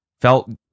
felt